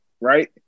Right